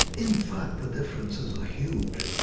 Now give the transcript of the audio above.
in fact, the differences are huge.